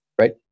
right